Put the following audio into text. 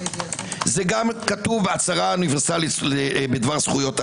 זה גם כתוב בהצהרה האוניברסלית בדבר זכויות האדם,